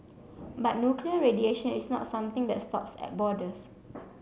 but nuclear radiation is not something that stops at borders